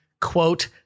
quote